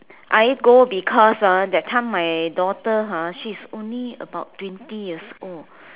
I go because ah that time my daughter ah she's only about twenty years old